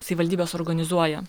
savivaldybės organizuoja